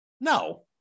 No